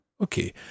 Okay